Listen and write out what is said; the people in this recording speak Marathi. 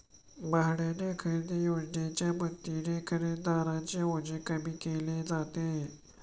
भाड्याने खरेदी योजनेच्या मदतीने खरेदीदारांचे ओझे कमी केले जाते